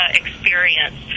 experience